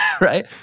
right